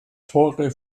tore